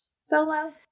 Solo